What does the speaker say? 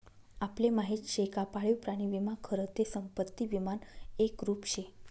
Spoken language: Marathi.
आपले माहिती शे का पाळीव प्राणी विमा खरं ते संपत्ती विमानं एक रुप शे